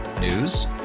News